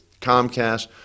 Comcast